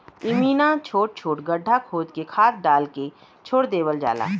इमिना छोट छोट गड्ढा खोद के खाद डाल के छोड़ देवल जाला